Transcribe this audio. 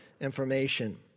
information